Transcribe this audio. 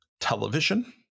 television